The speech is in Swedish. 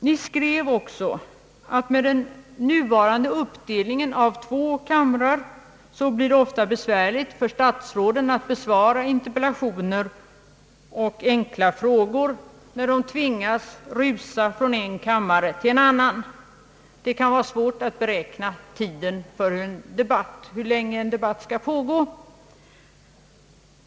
Ni skrev också, herr talman, att med den nuvarande uppdelningen på två kamrar blir det ofta besvärligt för statsråden att besvara interpellationer och enkla frågor, när de tvingas rusa från en kammare till en annan. Det kan vara svårt att beräkna hur länge en debatt skall pågå.